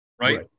Right